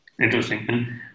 Interesting